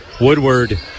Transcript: Woodward